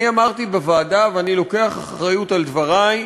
אני אמרתי בוועדה, ואני לוקח אחריות על דברי,